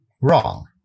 wrong